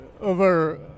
over